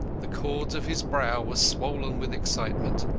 the cords of his brow were swollen with excitement.